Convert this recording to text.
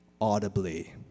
audibly